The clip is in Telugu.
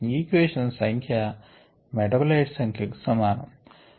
ఈక్వేషన్స్ సంఖ్య మెటాబోలైట్స్ సంఖ్య కు సమానము